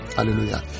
Hallelujah